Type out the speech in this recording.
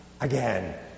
again